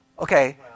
okay